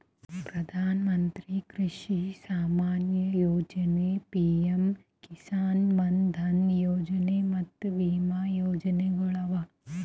ಪ್ರಧಾನ ಮಂತ್ರಿ ಕೃಷಿ ಸಮ್ಮಾನ ಯೊಜನೆ, ಪಿಎಂ ಕಿಸಾನ್ ಮಾನ್ ಧನ್ ಯೊಜನೆ ಮತ್ತ ವಿಮಾ ಯೋಜನೆಗೊಳ್ ಅವಾ